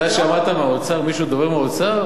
אתה שמעת מישהו מדבר מהאוצר?